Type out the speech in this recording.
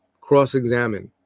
cross-examine